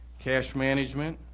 cash management,